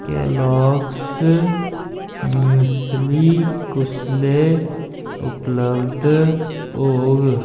Kellogg's muesli कुसलै उपलब्ध होग